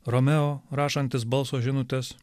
romeo rašantis balso žinutes